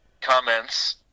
comments